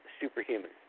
superhuman